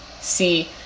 see